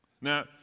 Now